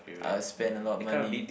I will spend a lot money